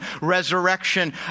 resurrection